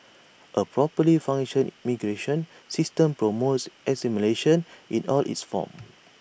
A properly function immigration system promos assimilation in all its forms